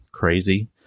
crazy